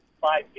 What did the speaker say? five